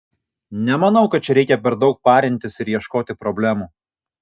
nemanau kad čia reikia per daug parintis ir ieškoti problemų